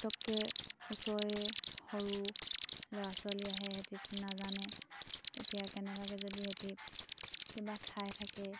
পটককে ওচৰৰে সৰু ল'ৰা ছোৱালী আহে সিহঁতেটো নাজানে তেতিয়া কেনেবাকে যদি সিহঁতে কিবা খাই থাকে